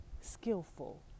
skillful